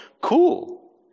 Cool